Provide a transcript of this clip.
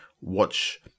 watch